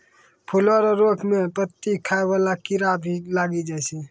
फूलो रो रोग मे पत्ती खाय वाला कीड़ा भी लागी जाय छै